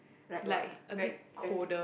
like what va~ va~